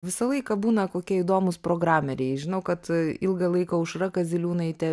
visą laiką būna kokie įdomūs programeriai žinau kad ilgą laiką aušra kaziliūnaitė